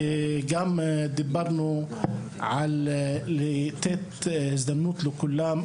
וגם דיברנו על מתן הזדמנות לכולם.